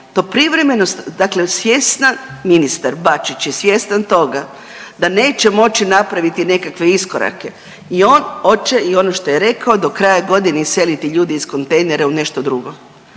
To privremenost, dakle svjesna, ministar Bačić je svjestan toga da neće moći napraviti nekakve iskorake i on hoće i ono što je rekao, do kraja godine iseliti ljude iz kontejnera u nešto drugo